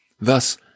thus